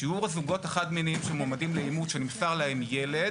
שיעור הזוגות החד-מיניים שמועמדים לאימוץ ונמסר להם ילד